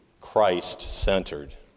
Christ-centered